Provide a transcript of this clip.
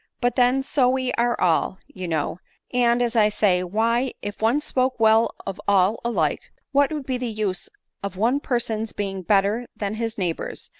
but then so we are all, you know and, as i say, why, if one spoke well of all alike, what would be the use of one person's be ing better than his neighbors,